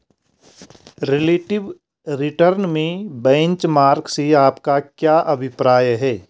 Relative return में benchmark से आपका क्या अभिप्राय है?